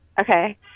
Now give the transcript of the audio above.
Okay